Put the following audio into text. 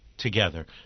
together